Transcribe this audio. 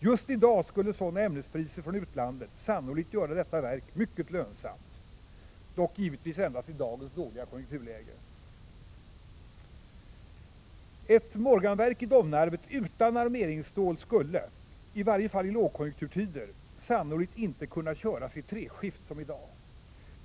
Just i dag skulle priserna på ämnen från utlandet sannolikt göra detta verk mycket lönsamt — dock givetvis endast i dagens dåliga konjunkturläge. Ett Morganverk i Domnarvet utan armeringsstål skulle, i varje fall i lågkonjunkturtider, sannolikt inte kunna köras i treskift som i dag.